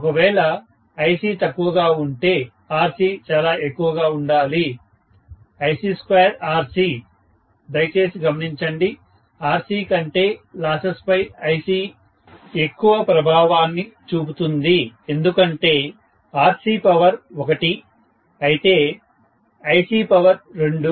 ఒకవేళ IC తక్కువగా ఉంటే RC చాలా ఎక్కువగా ఉండాలి IC2RC దయచేసి గమనించండి RC కంటే లాసెస్ పై IC ఎక్కువ ప్రభావాన్ని చూపుతుంది ఎందుకంటే RC పవర్ 1 అయితే IC పవర్ 2